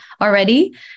already